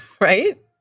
right